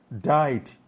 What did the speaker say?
died